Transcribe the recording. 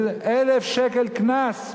1,000 שקל קנס.